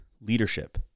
leadership